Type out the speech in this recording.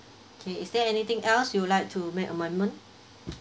okay is there anything else you would like to make amendment